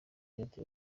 inyota